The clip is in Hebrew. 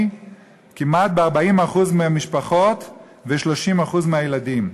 כמעט ב-40% מהמשפחות ו-30% מהילדים.